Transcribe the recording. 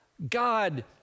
God